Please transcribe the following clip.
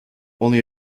only